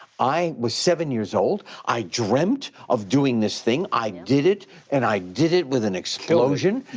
i was seven years old, i dreamt of doing this thing. i did it and i did it with an explosion.